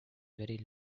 very